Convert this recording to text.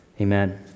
Amen